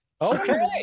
Okay